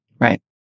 Right